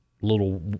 little